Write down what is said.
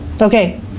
Okay